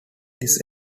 this